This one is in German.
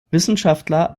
wissenschaftler